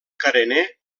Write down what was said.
carener